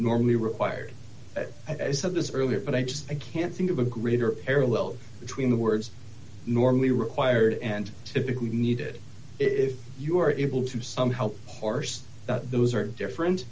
normally required i said this earlier but i just can't think of a greater parallel between the words normally required and typically needed if you are able to somehow hoarse that those are different